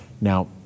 Now